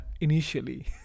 Initially